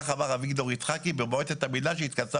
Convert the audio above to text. כך אמר אביגדור יצחקי במועצת ה- -- שהתכנסה